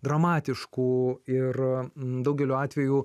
dramatiškų ir daugeliu atvejų